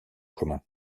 commun